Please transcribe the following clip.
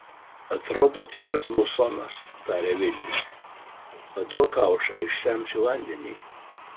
atrodo tikras musonas tarė vilis paduok kaušą išsemsiu vandenį